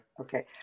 Okay